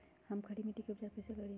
हम खड़ी मिट्टी के उपचार कईसे करी?